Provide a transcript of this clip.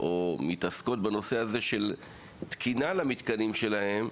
או מתעסקות בנושא של תקינה למתקנים שלהן,